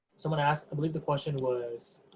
someone asked, i believe the question was,